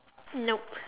nope